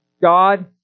god